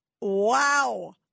Wow